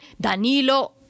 Danilo